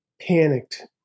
Panicked